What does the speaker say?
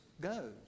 goes